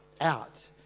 out